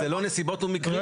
אלה לא נסיבות ומקרים?